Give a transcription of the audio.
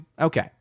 okay